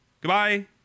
goodbye